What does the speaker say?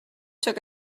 took